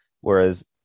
whereas